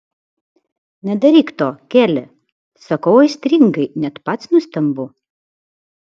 nedaryk to keli sakau aistringai net pats nustembu